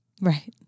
Right